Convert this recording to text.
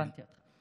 הבנתי אותך.